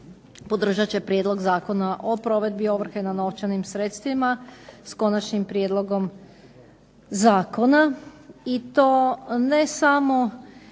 podržat će Prijedlog zakona o provedbi ovrhe na novčanim sredstvima s konačnim prijedlogom zakona i to ne samo